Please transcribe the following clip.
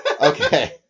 Okay